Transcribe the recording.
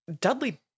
Dudley